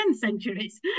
centuries